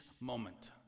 moment